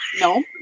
No